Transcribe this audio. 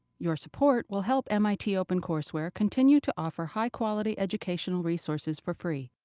your support will help mit opencourseware continue to offer high quality educational resources for free.